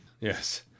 Yes